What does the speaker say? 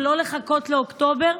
ולא לחכות לאוקטובר,